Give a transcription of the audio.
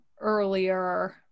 earlier